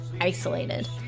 isolated